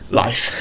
life